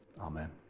Amen